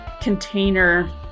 container